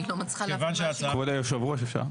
אני לא מצליחה להבין מה השינויים.